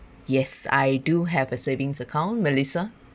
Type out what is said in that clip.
yes I do have a savings account melissa